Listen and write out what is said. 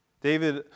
David